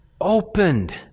opened